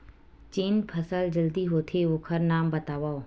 जेन फसल जल्दी होथे ओखर नाम बतावव?